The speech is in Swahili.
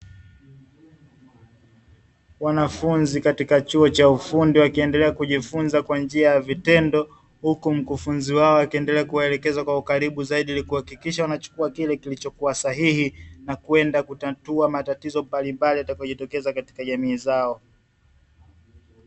Wanafunzi katika chuo cha ufundi wakiendelea kujifunza kwa njia ya vitendo, huku mkufunzi wao akiendelea kuwaelekeza kwa ukaribu zaidi ili kuhakikisha wanachukua kile kilichokuwa sahihi, na kwenda kutatua matatizo mbalimbali yatakayojitokeza katika jamii zao.